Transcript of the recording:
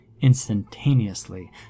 instantaneously